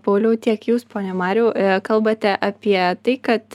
pauliau tiek jūs pone mariau kalbate apie tai kad